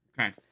Okay